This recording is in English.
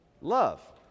love